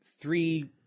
three –